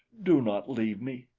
do not leave me.